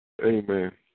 Amen